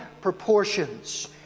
proportions